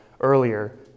earlier